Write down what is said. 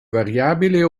variabile